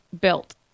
built